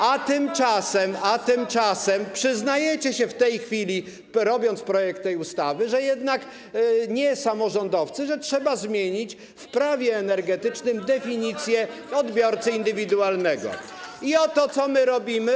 A tymczasem przyznajecie się w tej chwili, robiąc projekt tej ustawy, że to jednak nie samorządowcy, że trzeba zmienić w Prawie energetycznym definicję odbiorcy indywidualnego i oto co robimy.